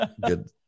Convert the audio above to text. good